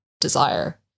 desire